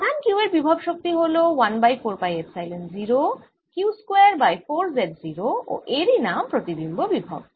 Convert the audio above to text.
আধান q এর বিভব শক্তি হল 1 by 4 pi epsilon 0 q square by 4 z0 ও এরই নাম প্রতিবিম্ব বিভব